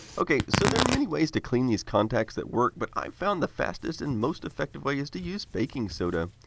ok, so there are many ways to clean these contacts that work, but i've found the fastest and most effect way is to use baking soda.